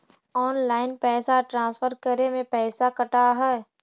Online पैसा transfer करे में पैसा कटा है?